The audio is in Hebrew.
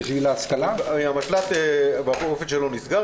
המשל"ט נסגר,